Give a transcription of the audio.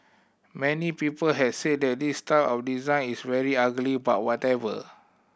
many people have said that this style of design is very ugly but whatever